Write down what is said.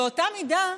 באותה מידה,